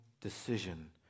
decision